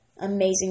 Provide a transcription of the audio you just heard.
amazing